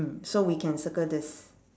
mm so we can circle this